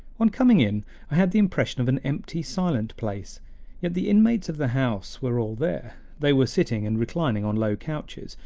on coming in i had the impression of an empty, silent place yet the inmates of the house were all there they were sitting and reclining on low couches,